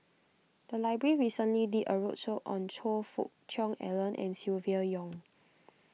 the library recently did a roadshow on Choe Fook Cheong Alan and Silvia Yong